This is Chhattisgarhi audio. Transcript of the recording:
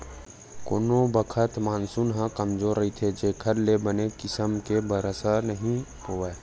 कोनो बखत मानसून ह कमजोर रहिथे जेखर ले बने किसम ले बरसा नइ होवय